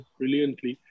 brilliantly